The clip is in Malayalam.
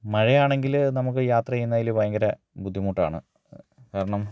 മഴയാണെങ്കിൽ നമുക്ക് യാത്ര ചെയ്യുന്നതിൽ ഭയങ്കര ബുദ്ധിമുട്ടാണ് കാരണം